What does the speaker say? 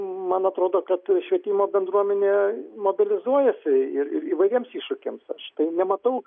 man atrodo kad švietimo bendruomenė mobilizuojasi ir įvairiems iššūkiams aš tai nematau